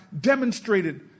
demonstrated